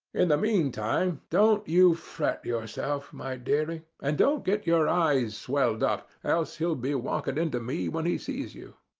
in the meantime, don't you fret yourself, my dearie, and don't get your eyes swelled up, else he'll be walking into me when he sees you.